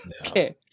okay